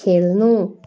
खेल्नु